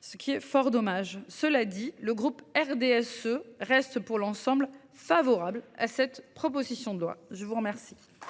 Ce qui est fort dommage. Cela dit, le groupe RDSE reste pour l'ensemble favorable à cette proposition de loi, je vous remercie.